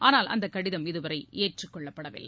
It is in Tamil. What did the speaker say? ஆனால் அந்தக் கடிதம் இதுவரை ஏற்றுக்கொள்ளப்படவில்லை